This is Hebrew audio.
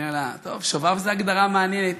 אני אומר לה: טוב, שובב זו הגדרה מעניינת.